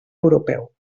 europeu